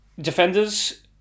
Defenders